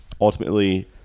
ultimately